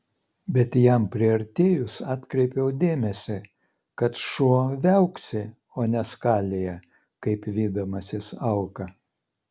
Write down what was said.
bet jam priartėjus atkreipiau dėmesį kad šuo viauksi o ne skalija kaip vydamasis auką